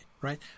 right